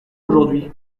aujourd’hui